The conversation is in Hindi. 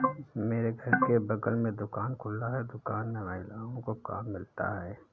मेरे घर के बगल में दुकान खुला है दुकान में महिलाओं को काम मिलता है